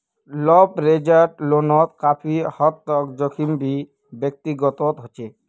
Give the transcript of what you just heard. leveraged लोनोत काफी हद तक जोखिम भी व्यक्तिगत होचे